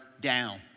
down